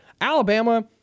Alabama